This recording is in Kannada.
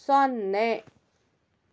ಸೊನ್ನೆ